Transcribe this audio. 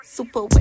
Super